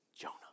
Jonah